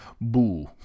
Boo